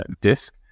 disk